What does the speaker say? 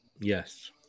Yes